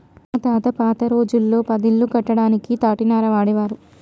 మా తాత పాత రోజుల్లో పది ఇల్లు కట్టడానికి తాటినార వాడేవారు